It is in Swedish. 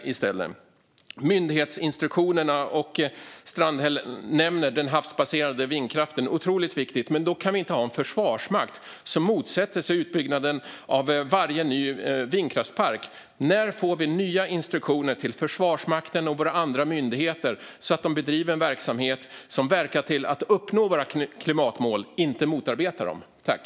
När det gäller myndighetsinstruktionerna nämner Strandhäll den havsbaserade vindkraften. Det är otroligt viktigt, men då kan vi inte ha en försvarsmakt som motsätter sig utbyggnaden av varje ny vindkraftspark. När får vi nya instruktioner till Försvarsmakten och våra andra myndigheter så att de bedriver en verksamhet som verkar för att uppnå våra klimatmål i stället för att motarbeta dem?